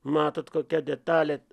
matot kokia detalė